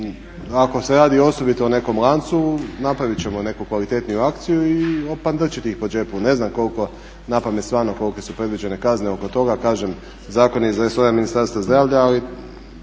Ako se radi osobito o nekom lancu napravit ćemo neku kvalitetniju akciju i opandrčiti ih po džepu. Ne znam koliko na pamet stvarno kolike su predviđene kazne oko toga. Kažem zakon je iz resora Ministarstva zdravlja, ali